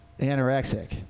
anorexic